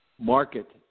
market